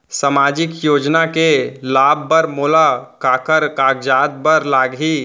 सामाजिक योजना के लाभ बर मोला काखर कागजात बर लागही?